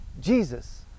Jesus